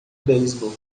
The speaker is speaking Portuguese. beisebol